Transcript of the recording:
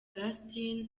augustin